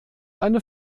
eine